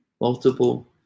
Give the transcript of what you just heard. multiple